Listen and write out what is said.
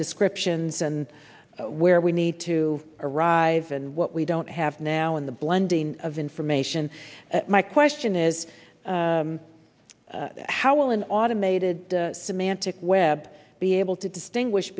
descriptions and where we need to arrive and what we don't have now in the blending of information my question is how will an automated semantic web be able to distinguish